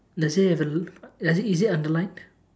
does it have a does it is it underlined